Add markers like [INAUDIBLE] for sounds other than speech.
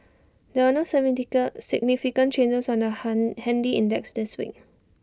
there were no [UNINTELLIGIBLE] significant changes on the han handy index this week